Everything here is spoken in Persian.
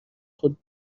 خود